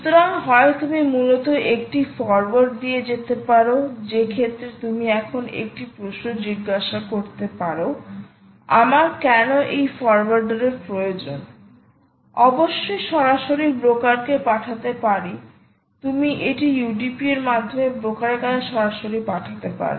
সুতরাং হয় তুমি মূলত একটি ফরোয়ার্ড দিয়ে যেতে পারো যে ক্ষেত্রে তুমি এখন একটি প্রশ্ন জিজ্ঞাসা করতে পারোআমার কেন এই ফরোয়ার্ডারের প্রয়োজন অবশ্যই সরাসরি ব্রোকারকে পাঠাতে পারি তুমি এটি UDP এর মাধ্যমে ব্রোকারের কাছে সরাসরি পাঠাতে পারো